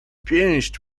pięść